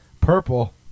purple